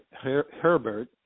Herbert